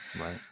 right